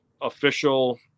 official